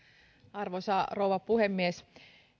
arvoisa rouva puhemies